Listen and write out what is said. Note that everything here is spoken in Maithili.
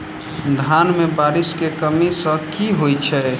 धान मे बारिश केँ कमी सँ की होइ छै?